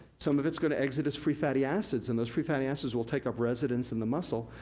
some of it's gonna exit as free fatty acids, and those free fatty acids, will take up residence in the muscle,